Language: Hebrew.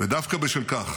ודווקא בשל כך